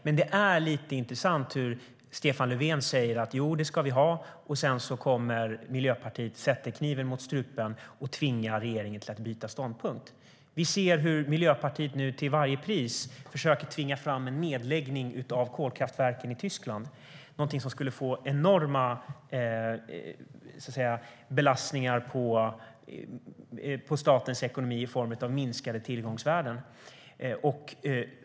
Men det är lite intressant hur Stefan Löfven säger: Jo, det ska vi ha! Sedan kommer Miljöpartiet, sätter kniven mot strupen och tvingar regeringen att byta ståndpunkt. Vi ser hur Miljöpartiet nu till varje pris försöker tvinga fram en nedläggning av kolkraftverken i Tyskland - någonting som skulle ge enorma belastningar på statens ekonomi i form av minskade tillgångsvärden.